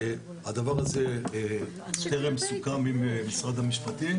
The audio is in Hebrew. הדבר הזה טרם סוכם עם משרד המשפטים,